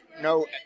No